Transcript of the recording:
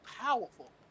powerful